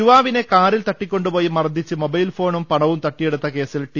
യുവാവിനെ കാറിൽ തട്ടിക്കൊണ്ടുപോയി മർദ്ദിച്ച് മൊബൈൽ ഫോണും പണവും തട്ടിയെടുത്ത കേസിൽ ടി